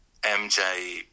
MJ